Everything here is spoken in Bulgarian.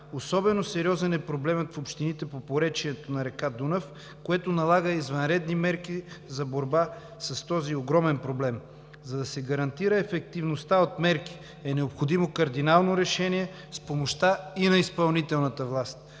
Особено сериозен е проблемът в общините по поречието на река Дунав, което налага извънредни мерки за борба с този огромен проблем. За да се гарантира ефективността от мерки, е необходимо кардинално решение с помощта и на изпълнителната власт.